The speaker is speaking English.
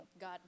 God